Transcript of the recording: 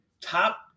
top